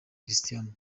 cristiano